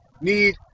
need